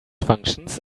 functions